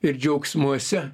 ir džiaugsmuose